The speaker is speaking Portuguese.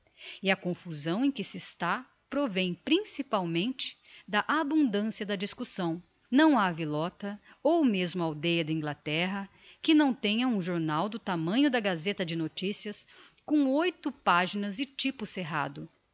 e a confusão em que se está provém principalmente da abundancia da discussão não ha villota ou mesmo aldeia d'inglaterra que não tenha um jornal do tamanho da gazeta de noticias com oito paginas e typo cerrado